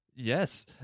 Yes